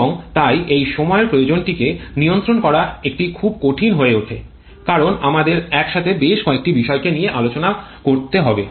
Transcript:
এবং তাই এই সময়ের প্রয়োজনটিকে নিয়ন্ত্রণ করা এটি খুব কঠিন হয়ে ওঠে কারণ আমাদের একসাথে বেশ কয়েকটি বিষয়কে নিয়ে আলোচনা করতে হবে